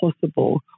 possible